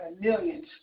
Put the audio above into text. millions